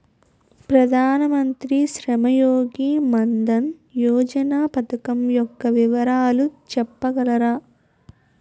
ప్రధాన మంత్రి శ్రమ్ యోగి మన్ధన్ యోజన పథకం యెక్క వివరాలు చెప్పగలరా?